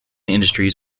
industries